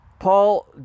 Paul